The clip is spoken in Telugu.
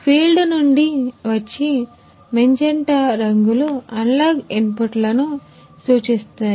ఫీల్డ్ నుండి వచ్చి మెజెంటా రంగులు అనలాగ్ ఇన్పుట్లను సూచిస్తాయి